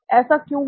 ऐसा क्यों हुआ